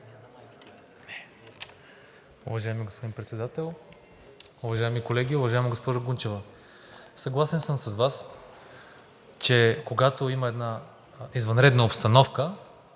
Уважаеми господин Председател, уважаеми колеги! Уважаема госпожо Гунчева, съгласен съм с Вас, че когато има една извънредна обстановка,